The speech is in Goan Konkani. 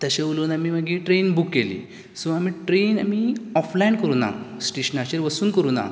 तशें उलोवन आमी मागीर ट्रेन बूक केली सो आमी ट्रेन आमी ऑफलायन करूना स्टेशनाचेर वसून करूना